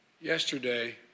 Yesterday